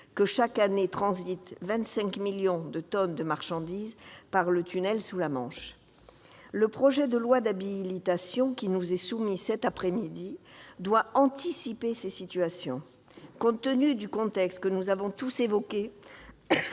que chaque année transitent 25 millions de tonnes de marchandises par le tunnel sous la Manche. Le projet de loi d'habilitation qui nous est soumis cet après-midi doit anticiper ces situations. Compte tenu du contexte que nous avons tous évoqué,